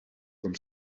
comme